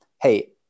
hey